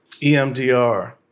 EMDR